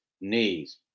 knees